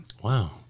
Wow